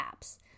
apps